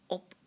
op